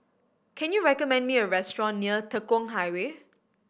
can you recommend me a restaurant near Tekong Highway